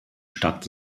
stadt